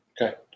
Okay